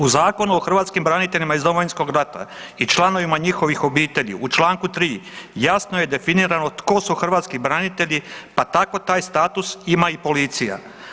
U Zakonu o hrvatskim braniteljima iz Domovinskog rata i članovima njihovih obitelji u čl. 3 jasno je definirano tko su hrvatski branitelji, pa tako taj status ima i policija.